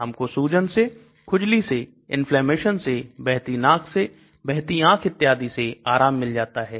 हमको सूजन से खुजली से इन्फ्लेमेशन से बहती नाक से बहती आंख इत्यादि से आराम मिल जाता है